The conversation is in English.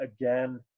Again